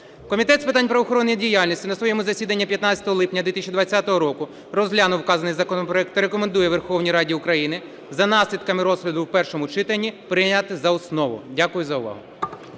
Комітет з питань правоохоронної діяльності на своєму засіданні 15 липня 2020 року розглянув вказаний законопроект та рекомендує Верховній Раді України за наслідками розгляду в першому читанні прийняти за основу. Дякую за увагу.